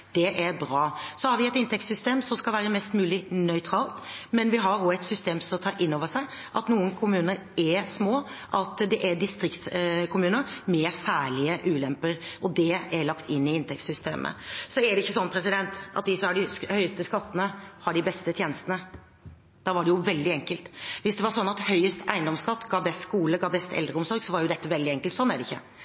Det er bra. Så har vi et inntektssystem som skal være mest mulig nøytralt, men vi har også et system som tar inn over seg at noen kommuner er små, at det er distriktskommuner med særlige ulemper, og det er lagt inn i inntektssystemet. Så er det ikke sånn at de som har de høyeste skattene, har de beste tjenestene. Da hadde det jo vært veldig enkelt. Hvis det var sånn at høyest eiendomsskatt ga beste skole og best eldreomsorg, var dette veldig enkelt. Sånn er det ikke.